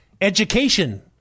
education